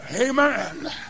Amen